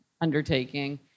undertaking